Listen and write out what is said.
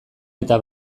eta